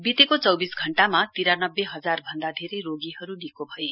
बितेको चौविस घण्टामा तिरानब्बे हजार भन्दा धेरै रोगीहरू निको भए